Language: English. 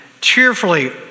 Cheerfully